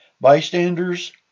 Bystanders